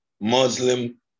Muslim